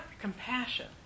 compassion